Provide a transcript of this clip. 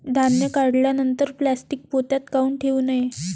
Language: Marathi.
धान्य काढल्यानंतर प्लॅस्टीक पोत्यात काऊन ठेवू नये?